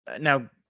Now